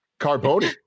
Carboni